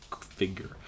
figure